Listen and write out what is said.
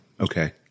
Okay